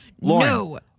no